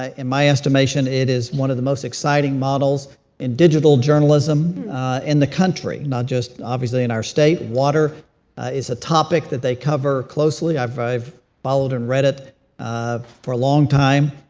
ah in my estimation, it is one of the most exciting models in digital journalism in the country, not just obviously in our state. water is a topic that they cover closely. i've i've followed and read it for a long time.